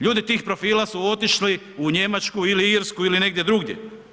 Ljudi tih profila su otišli u Njemačku ili Irsku ili negdje drugdje.